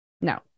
No